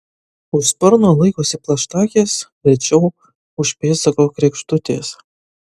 už sparno laikosi plaštakės rečiau už pėdsako kregždutės